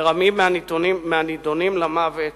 ברבים מהנידונים למוות